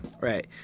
Right